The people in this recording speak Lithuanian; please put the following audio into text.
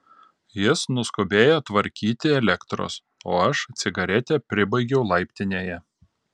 jis nuskubėjo tvarkyti elektros o aš cigaretę pribaigiau laiptinėje